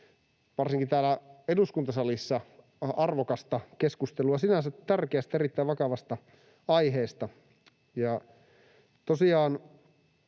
varsinkin täällä eduskuntasalissa, sellaista arvokasta keskustelua sinänsä tärkeästä, erittäin vakavasta aiheesta.